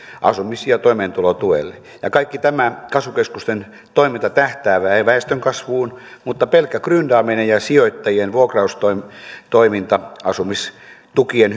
asumis ja ja toimeentulotuelle kaikki tämä kasvukeskusten toiminta tähtää väestönkasvuun mutta pelkkä gryndaaminen ja sijoittajien vuokraustoiminta asumistukia